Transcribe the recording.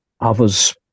Others